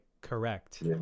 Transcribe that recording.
correct